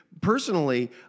personally